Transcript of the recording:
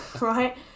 Right